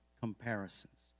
comparisons